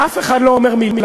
אף אחד לא אומר מילה.